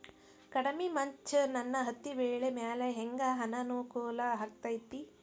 ಕಡಮಿ ಮಂಜ್ ನನ್ ಹತ್ತಿಬೆಳಿ ಮ್ಯಾಲೆ ಹೆಂಗ್ ಅನಾನುಕೂಲ ಆಗ್ತೆತಿ?